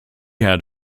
had